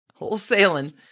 Wholesaling